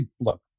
look